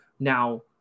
Now